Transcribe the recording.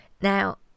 Now